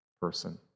person